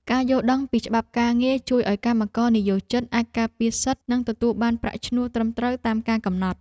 ការយល់ដឹងពីច្បាប់ការងារជួយឱ្យកម្មករនិយោជិតអាចការពារសិទ្ធិ និងទទួលបានប្រាក់ឈ្នួលត្រឹមត្រូវតាមការកំណត់។